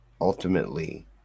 Ultimately